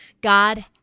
God